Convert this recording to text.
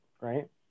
right